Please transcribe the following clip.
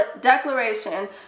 declaration